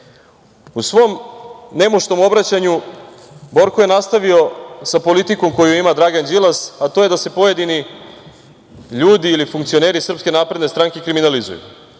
U svom nemuštom obraćanju Borko je nastavio sa politikom koju ima Dragan Đilas, a to je da se pojedini ljudi ili funkcioneri SNS kriminalizuju